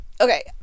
okay